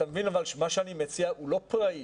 אתה מבין שמה שאני מציע הוא לא פראי.